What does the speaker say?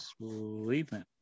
sleeping